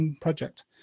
project